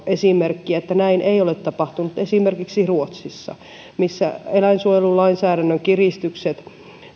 esimerkki siitä että näin ei ole tapahtunut esimerkiksi ruotsista missä eläinsuojelulainsäädännön kiristykset